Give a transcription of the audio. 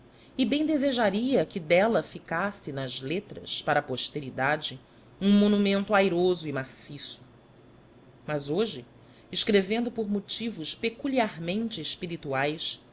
e bem desejaria que dela ficasse nas letras para a posteridade um monumento airoso e maciço mas hoje escrevendo por motivos peculiarmente espirituais